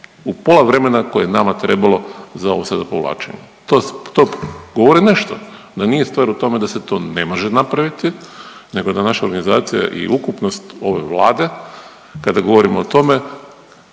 u pola vremena koje je nama trebalo za ovo sada povlačenje. To govori nešto, da nije stvar u tome da se to ne može napraviti, nego da naša organizacija i ukupnost ove Vlade kada govorimo o tome